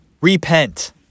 repent